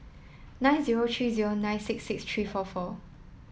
nine zero three zero nine six six three four four